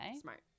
smart